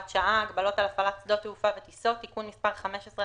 שעה) (הגבלות על הפעלת שדות תעופה וטיסות) (תיקון מס' 15),